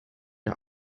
der